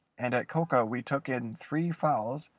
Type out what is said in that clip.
and at coca we took in three fowls,